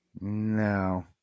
No